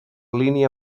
línia